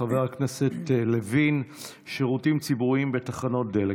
של חבר הכנסת לוין: שירותים ציבוריים בתחנות דלק.